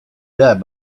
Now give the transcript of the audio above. bad